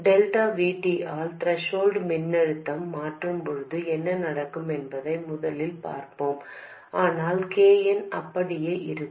delta V T ஆல் threshold மின்னழுத்தம் மாறும்போது என்ன நடக்கும் என்பதை முதலில் பார்ப்போம் ஆனால் K n அப்படியே இருக்கும்